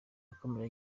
yakomeje